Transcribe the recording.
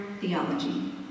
theology